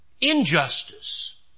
Injustice